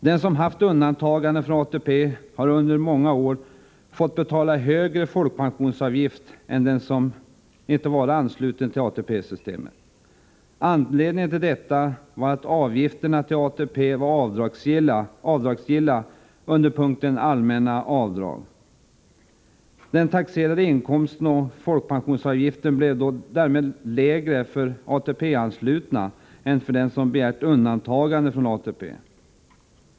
Den som haft undantagande från ATP har under många år fått betala högre folkpensionsavgift än den som anslutit sig till ATP-systemet. Anledningen till detta var att avgifterna till ATP var avdragsgilla under punkten Allmänna avdrag. Den taxerade inkomsten och folkpensionsavgiften blev därmed lägre för ATP-anslutna än för den som begärt undantagande från ATP.